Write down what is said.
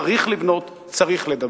צריך לבנות, צריך לדבר.